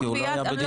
כי הוא לא היה בדיון,